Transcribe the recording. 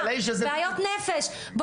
בעיות נפש,